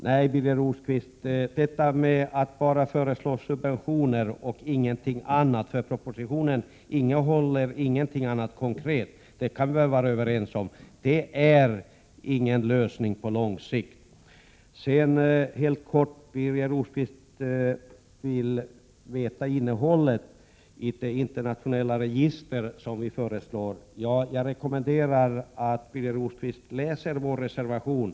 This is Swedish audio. Nej, Birger Rosqvist, vi kan väl vara överens om att detta med att bara föreslå subventioner — för propositionen innehåller ingenting annat konkret — är ingen lösning på lång sikt. När Birger Rosqvist vill veta innehållet i det internationella register som vi föreslår rekommenderar jag helt kort Birger Rosqvist att läsa vår reservation.